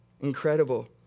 Incredible